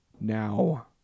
Now